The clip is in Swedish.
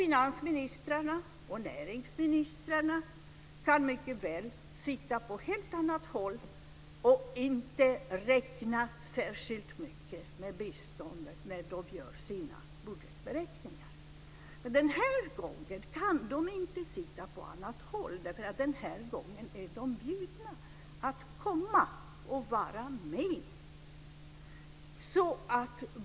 Finansministrarna och näringsministrarna kan mycket väl sitta på ett helt annat håll och inte särskilt räkna med biståndet i budgetberäkningarna. Den här gången kan de inte sitta på annat håll, därför att denna gång är de bjudna att vara med.